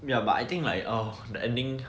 ya but I think uh the ending